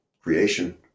creation